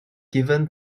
given